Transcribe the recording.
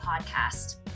Podcast